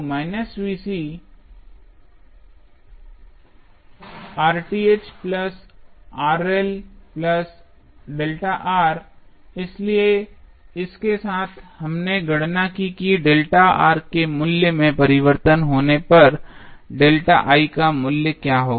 इसलिये इसलिए इसके साथ हमने गणना की कि के मूल्य में परिवर्तन होने पर का मूल्य क्या होगा